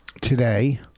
Today